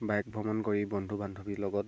bike ভ্ৰমণ কৰি বন্ধু বান্ধৱীৰ লগত